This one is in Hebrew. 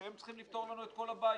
כי הם צריכים לפתור לנו את כל הבעיות.